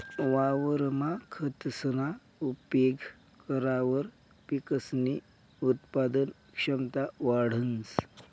वावरमा खतसना उपेग करावर पिकसनी उत्पादन क्षमता वाढंस